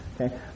okay